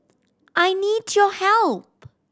I need your help